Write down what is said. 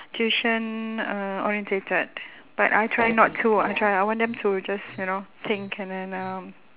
tuition uh orientated but I try not to I try I want them to just you know think and then um